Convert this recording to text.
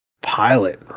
Pilot